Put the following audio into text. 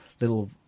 little